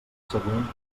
següent